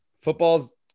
football's